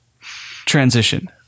transition